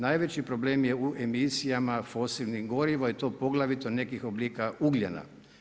Najveći problem je u emisijama fosilnih goriva i to poglavito nekih oblika ugljena.